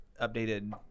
updated